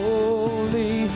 Holy